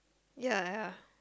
ya ya